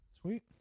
Sweet